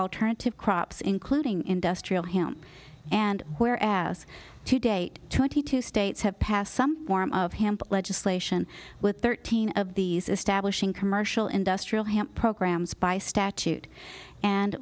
alternative crops including industrial him and where asked to date twenty two states have passed some form of hamp legislation with thirteen of these establishing commercial industrial hemp programs by statute and